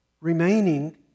remaining